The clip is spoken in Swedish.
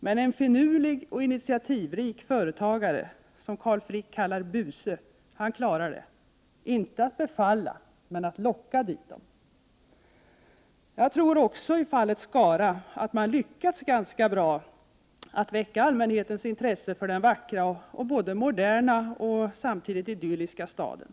Men en finurlig och initiativrik företagare, som Carl Frick kallar för buse, klarar det — inte att befalla men att locka dit dem. Jag tror också att man i fallet Skara har lyckats ganska bra med att väcka allmänhetens intresse för den vackra och moderna men samtidigt idylliska staden.